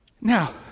Now